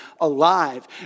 alive